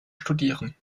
studieren